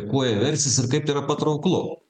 kuo jie versis ir kaip tai yra patrauklu